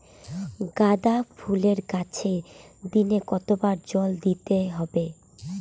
গাদা ফুলের গাছে দিনে কতবার জল দিতে হবে?